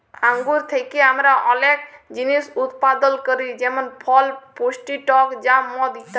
আঙ্গুর থ্যাকে আমরা অলেক জিলিস উৎপাদল ক্যরি যেমল ফল, মিষ্টি টক জ্যাম, মদ ইত্যাদি